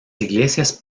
iglesias